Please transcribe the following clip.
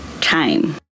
time